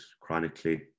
chronically